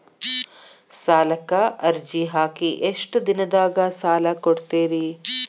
ಸಾಲಕ ಅರ್ಜಿ ಹಾಕಿ ಎಷ್ಟು ದಿನದಾಗ ಸಾಲ ಕೊಡ್ತೇರಿ?